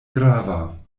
grava